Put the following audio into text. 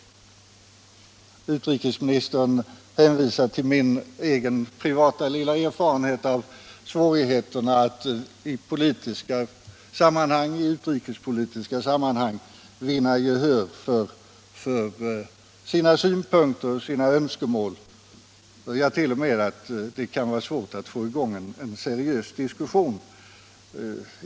Utrikesministern hänvisar till min egen privata lilla erfarenhet av svårigheterna i utrikespolitiska sammanhang att vinna gehör för sina synpunkter och önskemål, ja, t.o.m. att det kan vara svårt att få i gång en seriös diskussion.